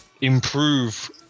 improve